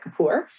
Kapoor